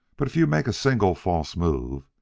but if you make a single false move!